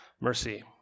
mercy